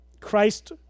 Christ